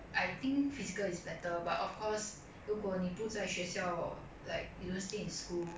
I think physical is better but of course 如果你不在学校 like you don't stay in school